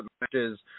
matches